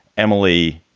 emily,